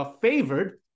favored